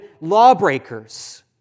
lawbreakers